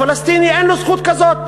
הפלסטיני אין לו זכות כזאת,